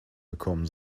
gekommen